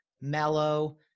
mellow